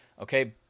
Okay